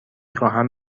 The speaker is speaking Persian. خواهم